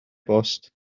bost